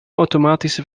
automatische